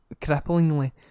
cripplingly